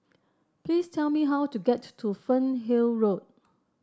please tell me how to get to to Fernhill Road